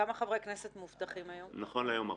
חכה, חכה, בממשלה הזאת --- אני אומר לעצמנו.